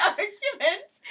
argument